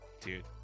dude